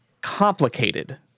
complicated